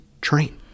train